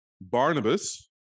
Barnabas